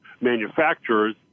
manufacturers